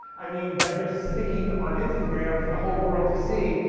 i mean that you're sticking on instagram for the whole world to see?